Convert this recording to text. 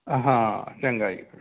ਹਾਂ ਚੰਗਾ ਜੀ ਫਿਰ